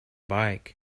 bike